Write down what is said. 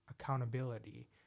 accountability